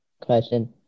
question